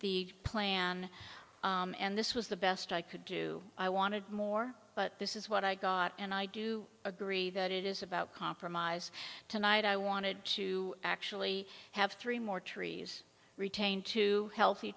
the plan and this was the best i could do i wanted more but this is what i got and i do agree that it is about compromise tonight i wanted to actually have three more trees retain two healthy